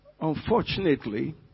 unfortunately